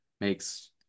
makes